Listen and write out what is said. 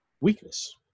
weakness